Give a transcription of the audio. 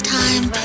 time